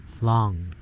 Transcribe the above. long